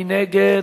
מי נגד?